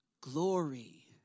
glory